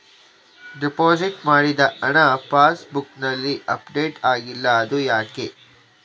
Deposit ಮಾಡಿದ ಹಣ ಪಾಸ್ ಬುಕ್ನಲ್ಲಿ ಅಪ್ಡೇಟ್ ಆಗಿಲ್ಲ ಅದು ಯಾಕೆ?